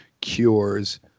cures